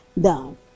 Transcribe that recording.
done